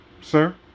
sir